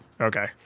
Okay